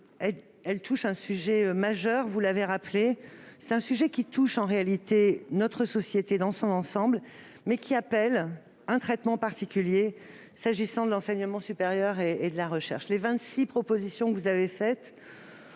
touche un sujet majeur. C'est un sujet qui touche en réalité notre société dans son ensemble, mais qui appelle un traitement particulier s'agissant de l'enseignement supérieur et de la recherche. Les vingt-six propositions que vous avez faites,